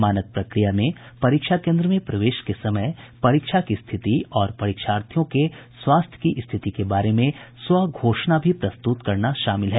मानक प्रक्रिया में परीक्षा केंद्र में प्रवेश के समय परीक्षा की स्थिति और परीक्षार्थी स्वास्थ्य की स्थिति के बारे में स्व घोषणा भी प्रस्तुत करना भी शामिल है